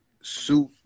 suit